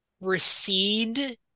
recede